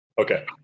Okay